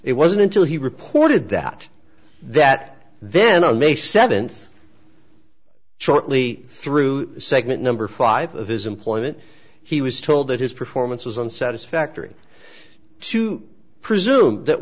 it wasn't until he reported that that then on may seventh shortly through segment number five of his employment he was told that his performance was on satisfactory to presume that